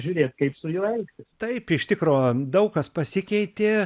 žiūrėti kaip su juo elgtis taip iš tikro daug kas pasikeitė